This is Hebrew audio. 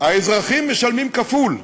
האזרחים משלמים כפול.